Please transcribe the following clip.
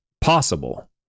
possible